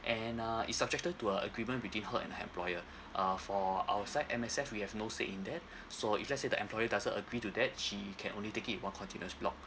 and uh it's subjected to agreement between her and her employer uh for our side M_S_F we have no say in that so if let's say the employed doesn't agree to that she can only take it in one continuous block